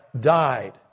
died